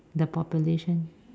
the population